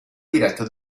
diretto